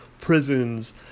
prisons